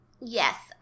yes